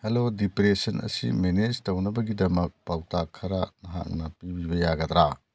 hello depression ꯑꯁꯤ manage ꯇꯧꯅꯕꯒꯤꯗꯃꯛ ꯄꯥꯎꯇꯥꯛ ꯈꯔ ꯅꯍꯥꯛꯅ ꯄꯤꯕꯤꯕ ꯌꯥꯒꯗ꯭ꯔꯥ